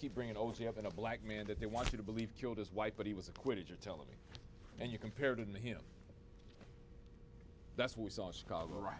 keep bringing o j up in a black man that they want you to believe killed his wife but he was acquitted you're telling me and you compared him to him that's what we saw scott all right